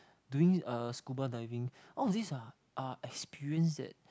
doing uh scuba diving all these are are experience that